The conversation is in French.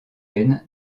end